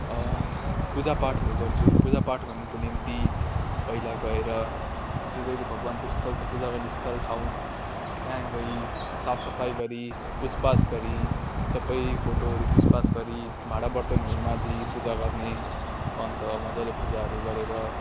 पूजापाठहरू गर्छु पूजापाठ गर्नुको निम्ति पहिला गएर जो जोहरू भगवान्को स्थल छ पूजा गर्ने स्थल ठाउँ त्यहाँ गई साफ सफाइ गरी पुछपाछ गरी सबै फोटोहरू पुछपाछ गरी भाँडा बर्तनहरू माझी पूजा गर्ने अन्त मज्जाले पूजाहरू गरेर